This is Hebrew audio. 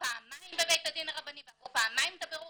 פעמיים בבית הדין הרבני ועברו פעמיים את בירור